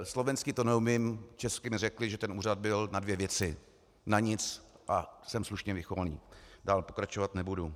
Slovensky to neumím, česky mi řekli, že ten úřad byl na dvě věci: na nic a jsem slušně vychovaný, dál pokračovat nebudu.